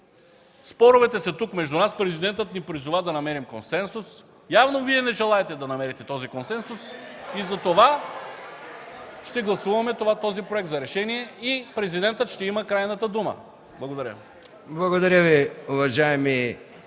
Споровете са тук между нас. Президентът ни призова да намерим консенсус. Явно Вие не желаете да намерите консенсус (оживление, възгласи от ГЕРБ) и затова ще гласуваме този проект за решение – Президентът ще има крайната дума. Благодаря.